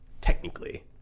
technically